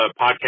podcast